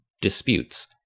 disputes